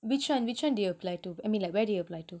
which one which one did you apply to I mean like where did you apply to